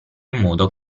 modo